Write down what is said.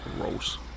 Gross